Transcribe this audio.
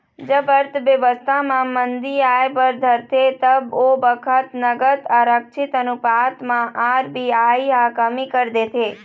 जब अर्थबेवस्था म मंदी आय बर धरथे तब ओ बखत नगद आरक्छित अनुपात म आर.बी.आई ह कमी कर देथे